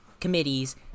committee's